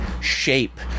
shape